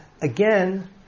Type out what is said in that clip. again